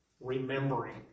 remembering